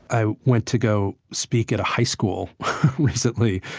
i went to go speak at a high school recently.